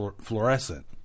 fluorescent